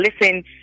listen